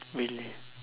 really